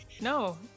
No